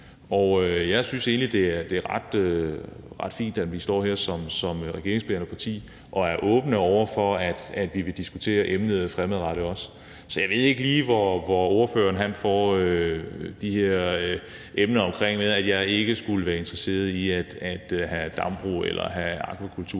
Og jeg synes egentlig, at det er ret fint, at vi står her som et regeringsbærende parti og også er åbne over for at diskutere emnet fremadrettet. Så jeg ved ikke lige, hvor ordføreren får det her med, at jeg ikke skulle være interesseret i at have dambrug eller at have akvakultur